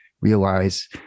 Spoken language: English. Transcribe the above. realize